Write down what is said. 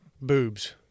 boobs